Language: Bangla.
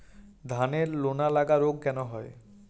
ধানের লোনা লাগা রোগ কেন হয়?